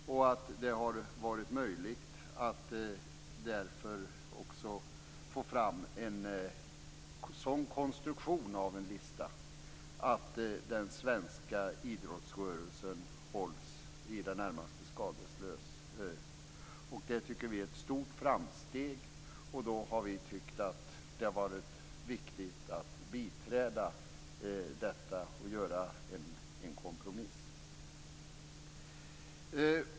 Det har därför varit möjligt att också få fram en sådan konstruktion av en lista att den svenska idrottsrörelsen hålls i det närmaste skadeslös. Det tycker vi är ett stort framsteg. Då har vi tyckt att det varit viktigt att biträda detta och göra en kompromiss.